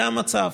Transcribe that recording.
זה המצב.